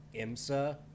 IMSA